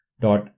dot